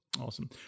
Awesome